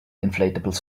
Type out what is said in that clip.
inflatable